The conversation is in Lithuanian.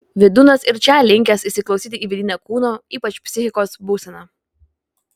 vydūnas ir čia linkęs įsiklausyti į vidinę kūno ypač psichikos būseną